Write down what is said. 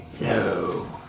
No